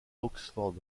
oxford